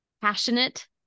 passionate